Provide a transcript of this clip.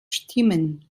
stimmen